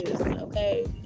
okay